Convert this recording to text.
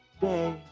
day